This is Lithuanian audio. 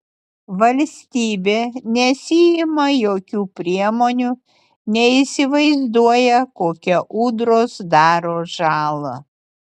valstybė nesiima jokių priemonių neįsivaizduoja kokią ūdros daro žalą